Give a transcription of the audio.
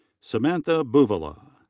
samantha buvala.